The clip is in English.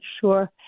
sure